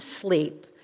sleep